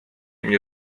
mnie